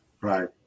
right